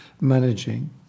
managing